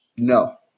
No